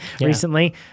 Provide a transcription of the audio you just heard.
recently